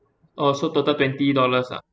oh so total twenty dollars ah